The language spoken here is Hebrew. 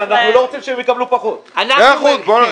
לנגב בתחומים האלה של החינוך והתיירות.